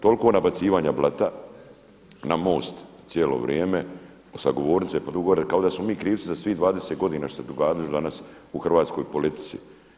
Toliko nabacivanja blata na MOST cijelo vrijeme sa govornice pa do gore kao da smo mi krivci za svih 20 godina što se događalo danas u hrvatskoj politici.